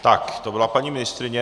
Tak to byla paní ministryně.